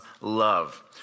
love